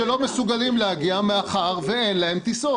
שלא מסוגלים להגיע מאחר שאין להם טיסות.